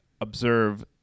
observe